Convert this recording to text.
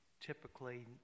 typically